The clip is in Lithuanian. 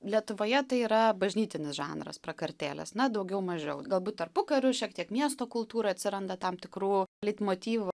lietuvoje tai yra bažnytinis žanras prakartėlės na daugiau mažiau galbūt tarpukariu šiek tiek miesto kultūroj atsiranda tam tikrų leitmotyvu